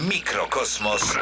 Mikrokosmos